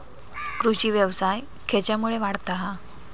कृषीव्यवसाय खेच्यामुळे वाढता हा?